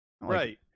Right